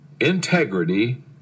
integrity